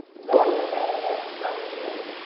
but saying that for some reason